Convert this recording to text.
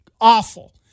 awful